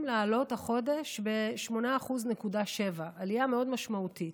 לעלות החודש ב-8.7% עלייה מאוד משמעותית.